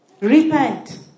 Repent